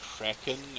Kraken